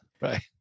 Right